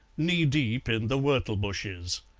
knee-deep in the whortle bushes.